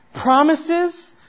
promises